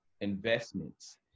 investments